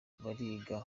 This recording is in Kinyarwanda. bariga